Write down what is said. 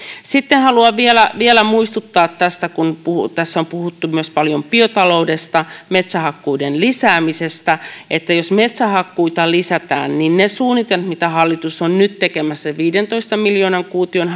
sitten haluan vielä muistuttaa tästä kun tässä on puhuttu myös paljon biotaloudesta metsähakkuiden lisäämisestä että jos metsähakkuita lisätään niin ne suunnitelmat joita hallitus on nyt tekemässä viidentoista miljoonan kuution